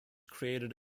created